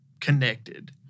connected